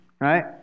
right